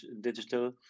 Digital